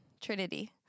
Trinity